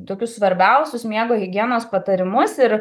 tokius svarbiausius miego higienos patarimus ir